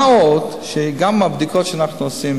מה עוד שגם הבדיקות שאנחנו עושים,